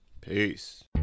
Peace